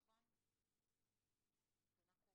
מה קורה?